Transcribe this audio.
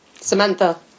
Samantha